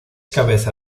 cabeza